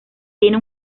tiene